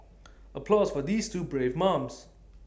applause for these two brave mums